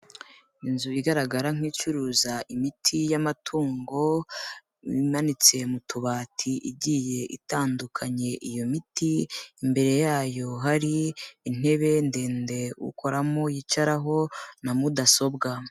Inzu igaragara nk'icuruza imiti y'amatungo imanitse mu tubati igiye itandukanye, iyo miti imbere yayo hari intebe ndende ukoramo yicaraho na mudasobwa.